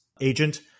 agent